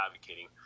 advocating